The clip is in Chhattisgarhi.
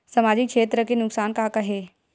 सामाजिक क्षेत्र के नुकसान का का हे?